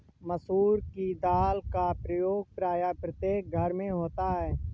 मसूर की दाल का प्रयोग प्रायः प्रत्येक घर में होता है